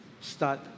Start